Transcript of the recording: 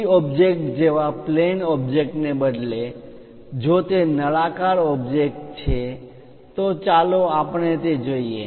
2D object જેવા plane object ને બદલે જો તે નળાકાર ઓબ્જેક્ટ છે ચાલો આપણે તે જોઈએ